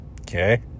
okay